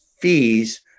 fees